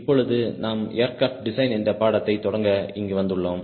இப்பொழுது நாம் aircraft design என்ற பாடத்தை தொடங்க இங்கு வந்துள்ளோம்